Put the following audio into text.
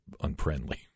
unfriendly